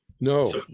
no